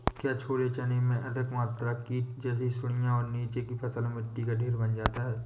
क्या छोले चने में अधिक मात्रा में कीट जैसी सुड़ियां और नीचे की फसल में मिट्टी का ढेर बन जाता है?